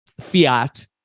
fiat